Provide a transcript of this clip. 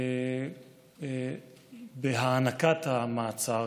בהענקת המעצר,